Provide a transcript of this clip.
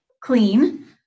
clean